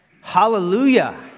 Hallelujah